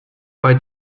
bei